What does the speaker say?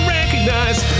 recognize